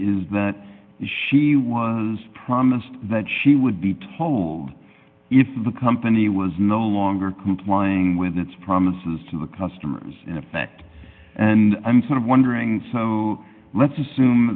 is that she was promised that she would be told if the company was no longer complying with its promises to the customers in effect and i'm sort of wondering let's assume